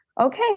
okay